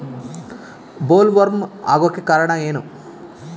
Bollworm ಆಗೋಕೆ ಕಾರಣ ಏನು?